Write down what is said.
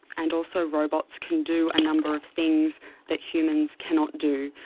and also robots can do a number of things that humans cannot do.